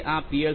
તે આ પી